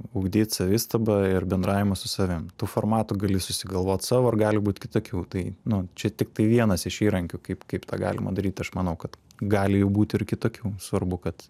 ugdyt savistabą ir bendravimą su savim tų formatų gali susigalvot savo ar gali būt kitokių tai nu čia tiktai vienas iš įrankių kaip kaip tą galima daryt aš manau kad gali jų būt ir kitokių svarbu kad